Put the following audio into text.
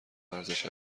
ورزش